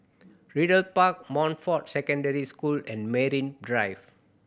Ridley Park Montfort Secondary School and Drive